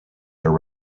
their